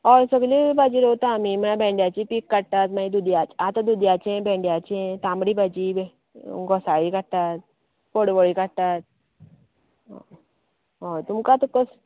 होय सगली भाजी रोंयता आमी म्हळ्यार भेंड्याची पीक काडटात मागीर दुदी आतां दुदयाचें भेंड्याचें तांबडी भाजी घोसाळीं काडटात पडवळीं काडटात होय तुमका आतां कसली